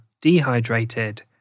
dehydrated